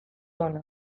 hona